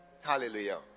Hallelujah